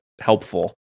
helpful